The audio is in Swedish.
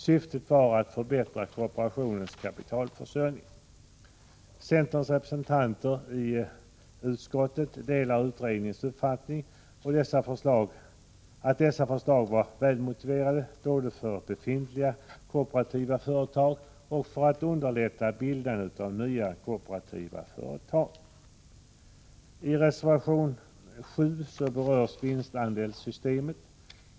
Syftet var att förbättra kooperationens kapitalförsörjning. Centerns representanter i utskottet delar utredningens uppfattning att dessa förslag var välmotiverade både när det gäller befintliga kooperativa företag och när det gäller att underlätta bildande av nya kooperativa företag. I reservation 7 berörs vinstandelssystemet.